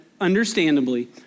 understandably